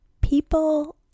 People